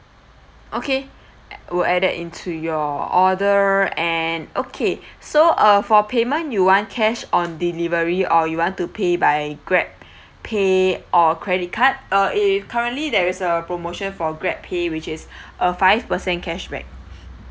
okay will add that into your order and okay so uh for payment you want cash on delivery or you want to pay by grab pay or credit card uh eh currently there is a promotion for grab pay which is a five percent cashback